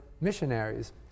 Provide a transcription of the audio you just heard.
missionaries